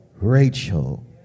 Rachel